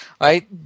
Right